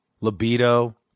libido